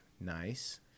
nice